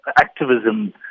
Activism